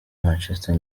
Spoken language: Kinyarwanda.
manchester